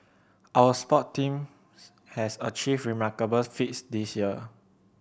our sport team has achieved remarkable feats this year